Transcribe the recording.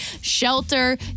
shelter